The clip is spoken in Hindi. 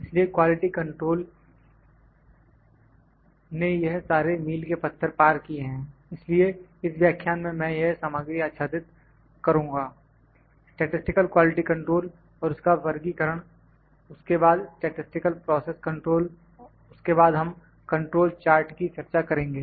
इसलिए क्वालिटी कंट्रोल ने यह सारे मील के पत्थर पार किए हैं इसलिए इस व्याख्यान में मैं यह सामग्री आच्छादित करूँगा स्टैटिसटिकल क्वालिटी कंट्रोल और उसका वर्गीकरण उसके बाद स्टैटिसटिकल प्रोसेस कंट्रोल उसके बाद हम कंट्रोल चार्ट की चर्चा करेंगे